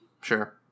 sure